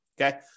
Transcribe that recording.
Okay